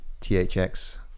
THX